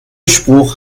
spruch